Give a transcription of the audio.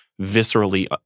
viscerally